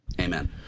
Amen